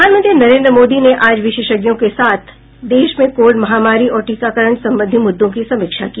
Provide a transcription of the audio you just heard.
प्रधानमंत्री नरेन्द्र मोदी ने आज विशेषज्ञों के साथ देश में कोविड महामारी और टीकाकरण संबंधी मुद्दों की समीक्षा की